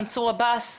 מנסור עבאס,